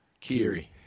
Kiri